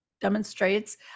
demonstrates